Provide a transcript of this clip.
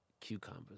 cucumbers